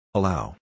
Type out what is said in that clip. Allow